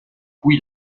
cui